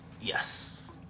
Yes